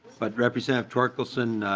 but representative torkelson